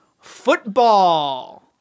football